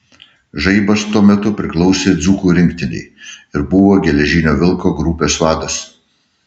žaibas tuo metu priklausė dzūkų rinktinei ir buvo geležinio vilko grupės vadas